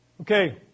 Okay